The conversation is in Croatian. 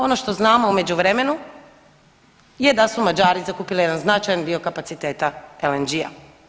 Ono što znamo u međuvremenu je da su Mađari zakupili jedan značaj dio kapaciteta LNG-a.